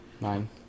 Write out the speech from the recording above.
Nine